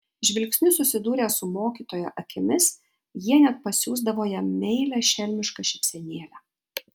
žvilgsniu susidūrę su mokytojo akimis jie net pasiųsdavo jam meilią šelmišką šypsenėlę